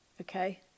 Okay